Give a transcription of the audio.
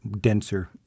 denser